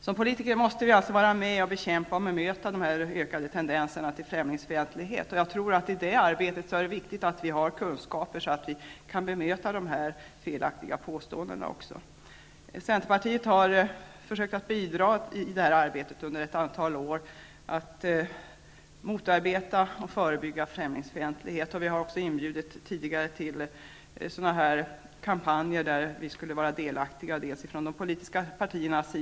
Som politiker måste vi bekämpa och bemöta de ökade tendenserna till främlingsfientlighet. I detta arbete är det viktigt att vi har kunskaper, så att vi kan bemöta felaktiga påståenden. Vi i centern har under ett antal år försökt att bidra till att motarbeta och förebygga främlingsfientlighet. Vi har också tidigare inbjudit de politiska partierna och folkrörelserna att delta i olika kampanjer.